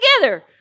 together